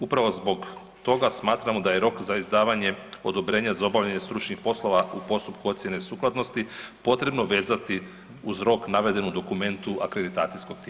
Upravo zbog toga smatramo da je rok za izdavanje odobrenja za obavljanje stručnih poslova u postupku ocjene sukladnosti potrebno vezati uz rok naveden u dokumentu akreditacijskog tijela.